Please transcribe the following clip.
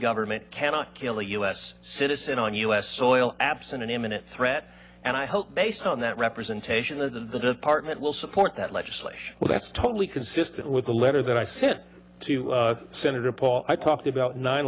government cannot kill a u s citizen on u s soil absent an imminent threat and i hope based on that representation of the department will support that legislation well that's totally consistent with the letter that i sent to senator paul i talked about nine